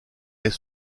est